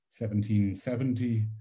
1770